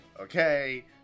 okay